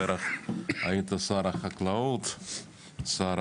בדרך היית שר החקלאות, שר